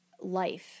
life